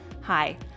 Hi